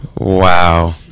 Wow